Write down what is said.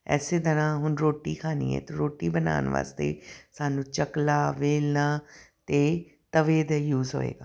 ਇਸ ਤਰ੍ਹਾਂ ਹੁਣ ਰੋਟੀ ਖਾਣੀ ਹੈ ਰੋਟੀ ਬਣਾਉਣ ਵਾਸਤੇ ਸਾਨੂੰ ਚੱਕਲਾ ਵੇਲਣਾ ਅਤੇ ਤਵੇ ਦਾ ਯੂਸ ਹੋਏਗਾ